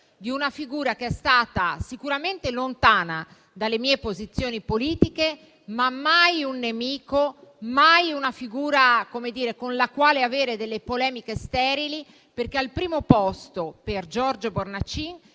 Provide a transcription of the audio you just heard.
di una figura che è stata sicuramente lontana dalle mie posizioni politiche, ma mai un nemico, mai una figura con la quale avere delle polemiche sterili, perché al primo posto, per Giorgio Bornacin,